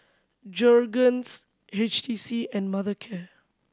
Jergens H T C and Mothercare